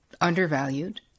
undervalued